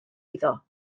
iddo